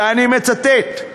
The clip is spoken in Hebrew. ואני מצטט: